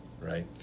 right